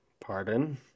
Pardon